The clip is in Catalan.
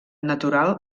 natural